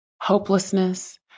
hopelessness